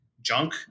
junk